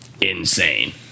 insane